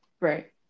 Right